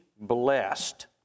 blessed